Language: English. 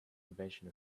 invention